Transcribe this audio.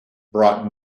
brought